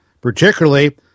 particularly